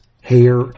hair